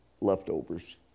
leftovers